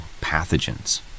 pathogens